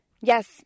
Yes